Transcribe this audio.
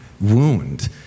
wound